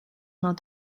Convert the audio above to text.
not